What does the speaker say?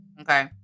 okay